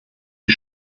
die